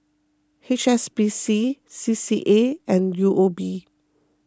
H S B C C C A and U O B